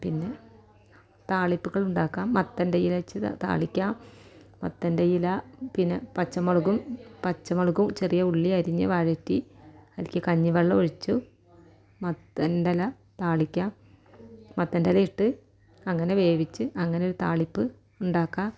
പിന്നെ താളിപ്പുകൾ ഉണ്ടാക്കാം മത്തൻ്റെ ഇല വച്ച് താളിക്കാം മത്തൻ്റെ ഇല പിന്നെ പച്ചമുളകും പച്ചമുളകും ചെറിയ ഉള്ളിയും അരിഞ്ഞ് വഴറ്റി അതിലേക്ക് കഞ്ഞിവെള്ളം ഒഴിച്ചു മത്തൻ്റെ ഇല താളിക്കാം മത്തൻ്റെ ഇലയിട്ട് അങ്ങനെ വേവിച്ച് അങ്ങനെയൊരു താളിപ്പ് ഉണ്ടാക്കാം